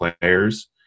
players